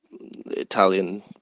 Italian